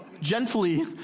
gently